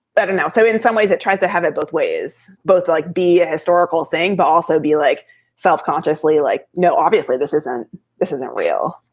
that announcement and so in some ways that tries to have it both ways, both like be a historical thing, but also be like self consciously like. no, obviously, this isn't this isn't real.